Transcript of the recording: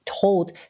told